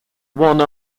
one